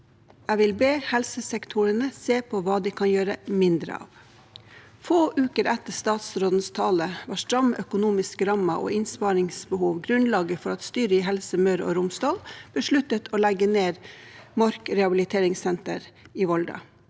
«Jeg vil be helsesektorene se på hva de kan gjøre mindre av.» Få uker etter statsrådens tale var stramme økonomiske rammer og innsparingsbehov grunnlaget for at styret i Helse Møre og Romsdal besluttet å legge ned Mork rehabiliteringssenter i Volda